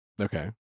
Okay